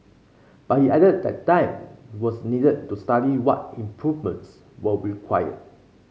but he added that time was needed to study what improvements were required